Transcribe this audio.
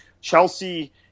Chelsea